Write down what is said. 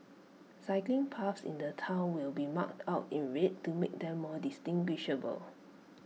cycling paths in the Town will be marked out in red to make them more distinguishable